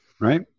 right